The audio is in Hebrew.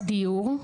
דיור.